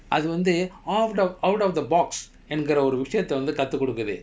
அது வந்து:athu vanthu out of out of the box என்கிற விஷயத்த வந்து கத்து கொடுக்குது:engira vishayatta vanthu katthu kodukkuthu